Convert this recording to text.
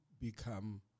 become